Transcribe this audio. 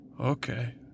Okay